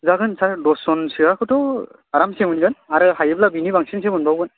जागोन सार दसजोनसोखौथ' आरामसे मोनगोन आरो हायोब्ला बेनि बांसिनसो मोनबावगोन